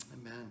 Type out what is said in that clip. Amen